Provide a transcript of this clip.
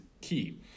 key